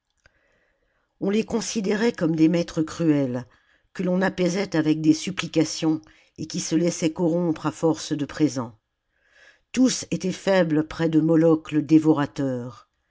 on les considérait comme des maîtres cruels que l'on apaisait avec des supplications et qui se laissaient corrompre à force de présents tous étaient faibles près de moloch le dévorateur